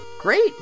great